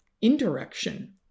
indirection